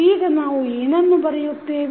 ಈಗ ನಾವು ಏನನ್ನು ಬರೆಯುತ್ತೇವೆ